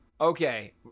Okay